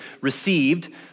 received